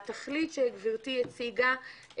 התכלית שגברתי הציגה,